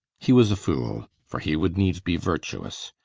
he was a foole for he would needs be vertuous.